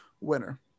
winner